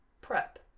prep